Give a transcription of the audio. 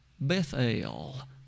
Bethel